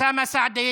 למה שאני אוותר?